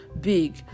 big